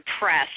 press